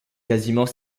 quasiment